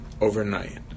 overnight